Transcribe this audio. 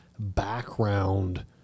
background